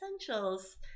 Essentials